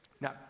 Now